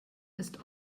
ist